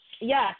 Yes